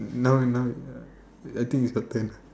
now now is uh I think it's a trend